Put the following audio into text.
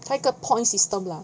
他一个 point system lah